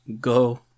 go